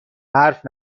حرف